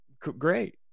Great